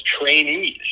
trainees